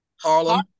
Harlem